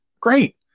great